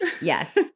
Yes